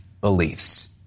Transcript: beliefs